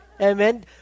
Amen